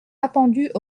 appendus